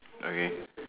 okay